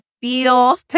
feel